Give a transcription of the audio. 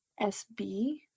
SB